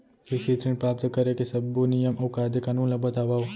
कृषि ऋण प्राप्त करेके सब्बो नियम अऊ कायदे कानून ला बतावव?